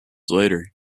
later